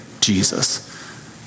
Jesus